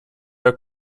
der